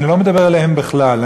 אני לא מדבר אליהם בכלל,